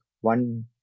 One